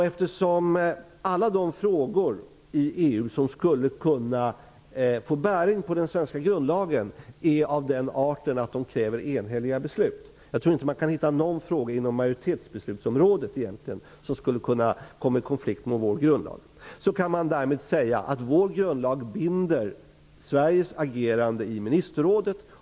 Eftersom alla de frågor i EU som skulle kunna få bäring på den svenska grundlagen är av den arten att de kräver enhälliga beslut -- jag tror inte man kan hitta någon fråga inom området för majoritetsbeslut som skulle kunna komma i konflikt med vår grundlag -- så kan man därmed säga att vår grundlag binder Sveriges agerande i ministerrådet.